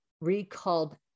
recalled